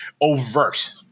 overt